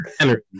energy